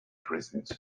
prisons